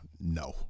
No